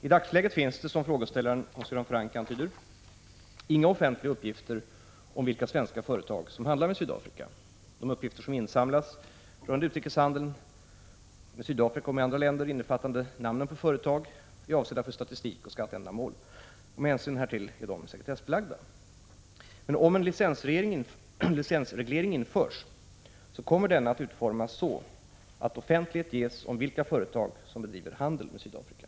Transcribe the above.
I dagsläget finns det — som frågeställaren antyder — inga offentliga uppgifter om vilka svenska företag som handlar med Sydafrika. De uppgifter som insamlas rörande utrikeshandeln med Sydafrika, innefattande namnen på företag, är avsedda för statistikoch skatteändamål. Med hänsyn härtill är de sekretessbelagda. Om en licensreglering införs kommer denna att utformas så att offentlighet ges om vilka företag som bedriver handel med Sydafrika.